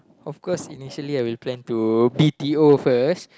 of course initially I will plan to b_t_o first